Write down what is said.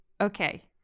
Okay